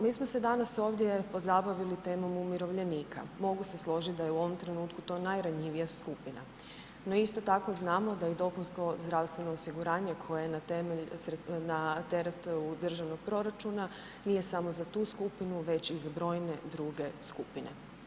Mi smo se danas ovdje pozabavili temom umirovljenika, mogu se složit da je u ovom trenutku to najranjivija skupina no isto tako znamo da je dopunsko zdravstveno osiguranje koje je na teret državnog proračuna, nije samo za tu skupinu već i za brojne druge skupine.